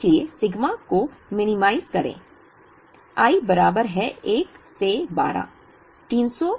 इसलिए सिग्मा को मिनिमाइज करें i बराबर है 1 से 12 300 Y i